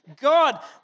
God